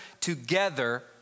together